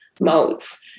modes